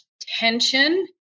tension